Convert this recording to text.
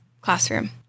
classroom